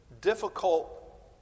difficult